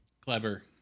Clever